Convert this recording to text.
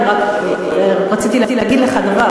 אני רק רציתי להגיד לך דבר,